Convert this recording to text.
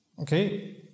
Okay